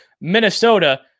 Minnesota